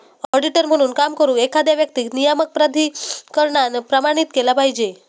auditor म्हणून काम करुक, एखाद्या व्यक्तीक नियामक प्राधिकरणान प्रमाणित केला पाहिजे